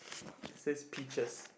says peaches